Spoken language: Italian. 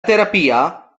terapia